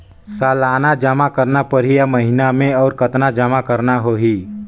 सालाना जमा करना परही या महीना मे और कतना जमा करना होहि?